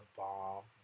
bomb